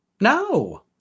No